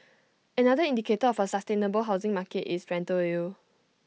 another indicator of A sustainable housing market is rental yield